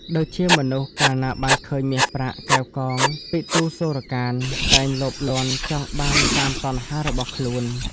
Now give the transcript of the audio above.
ដូចជា មនុស្សកាលណាបានឃើញមាសប្រាក់ កែវកង ពិទូរ្យសូរ្យកាន្ត តែងលោភលន់ចង់បានតាមតណ្ហារបស់ខ្លួន ។